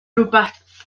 rhywbeth